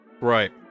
Right